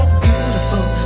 beautiful